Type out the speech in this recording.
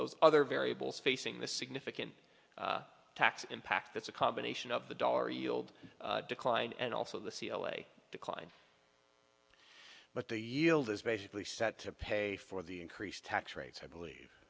those other variables facing the significant tax impact that's a combination of the dollar yield decline and also the c l a decline but the yield is basically set to pay for the increased tax rates i believe